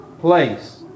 place